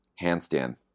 handstand